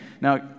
Now